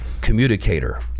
communicator